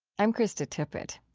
i'm krista tippett.